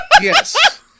Yes